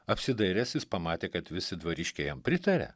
apsidairęs jis pamatė kad visi dvariškiai jam pritaria